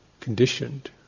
Conditioned